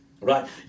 Right